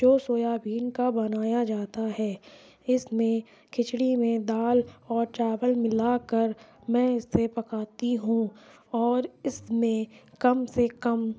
جو soya bean کا بنایا جاتا ہے اس میں کھچڑی میں دال اور چاول ملا کر میں اسے پکاتی ہوں اور اس میں کم سے کم